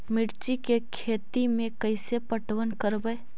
मिर्ची के खेति में कैसे पटवन करवय?